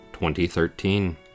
2013